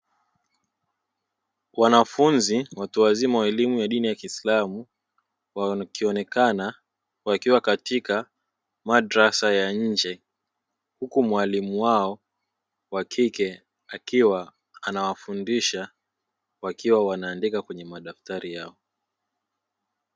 Wanafunzi watu wazima wa elimu ya dini ya kislamu wakionekana wakiwa katika madrasa ya nje, huku mwalimu wao wa kike akiwa anawafundisha wakiwa wanaandika kwenye madaftari yao.